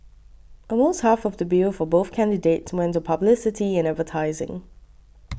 almost half of the bill for both candidates went to publicity and advertising